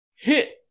hit